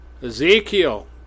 Ezekiel